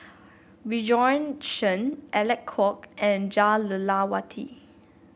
Bjorn Shen Alec Kuok and Jah Lelawati